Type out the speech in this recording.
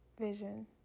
vision